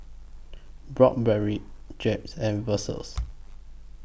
Broad Berry Jeb's and Versus